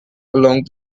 along